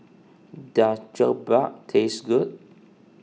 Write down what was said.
does Jokbal taste good